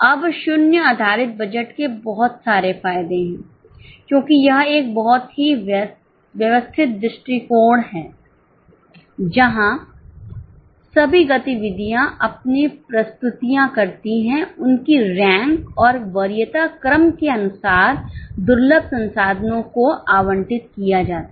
अब शून्य आधारित बजट के बहुत सारे फायदे हैं क्योंकि यह एक बहुत ही व्यवस्थित दृष्टिकोण है जहाँ सभी गतिविधियाँ अपनी प्रस्तुतियाँ करती हैं उनकी रैंक और वरीयता क्रम के अनुसार दुर्लभ संसाधनों को आवंटितकिया जाता है